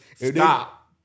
Stop